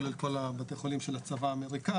כולל כל בתי החולים של הצבא האמריקאי,